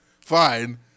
Fine